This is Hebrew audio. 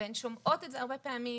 והן שומעות את זה הרבה פעמים,